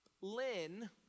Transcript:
Lynn